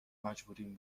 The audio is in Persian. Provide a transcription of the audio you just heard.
مجبوریم